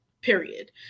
period